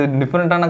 different